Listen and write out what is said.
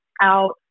out